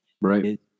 Right